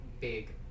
Big